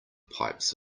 pipes